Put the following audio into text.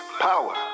power